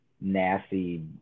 nasty